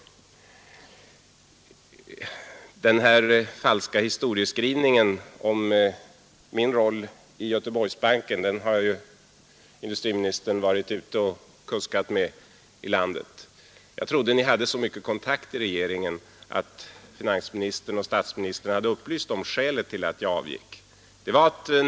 Den falska historieskrivningen om min roll i Göteborgsbanken har industriministern varit ute och kuskat med i landet. Jag trodde ni hade så goda kontakter inom regeringen att finansministern och statsministern hade upplyst om skälet till att jag avgick.